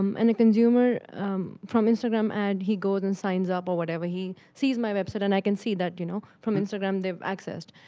um and a consumer from instagram ad he goes and signs up or whatever. he sees my website and i can see that, you know, from instagram they've accessed,